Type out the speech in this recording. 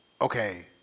okay